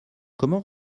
comment